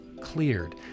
cleared